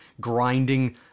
grinding